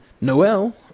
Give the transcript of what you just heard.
Noel